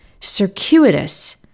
circuitous